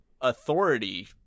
authority